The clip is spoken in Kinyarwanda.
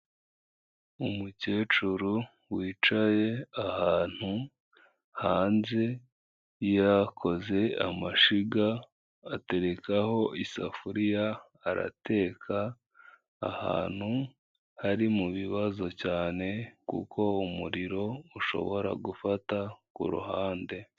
Umukecuru wicaye ahantu hanze yakoze amashyiga aterekaho isafuriya arateka, ahantu hari mu bibazo cyane kuko umuriro ushobora gufata ku ruhande.